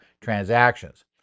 transactions